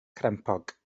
crempog